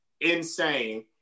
insane